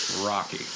Rocky